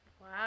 Wow